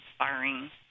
inspiring